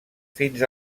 fins